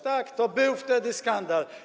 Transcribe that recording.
Tak, to był wtedy skandal.